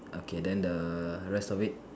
okay then the rest of it